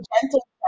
gentle